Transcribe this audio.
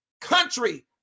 country